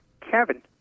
Kevin